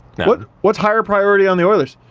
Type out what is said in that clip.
what what's higher priority on the oilers?